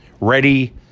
ready